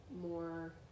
more